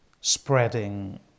spreading